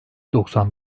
doksan